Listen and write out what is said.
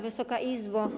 Wysoka Izbo!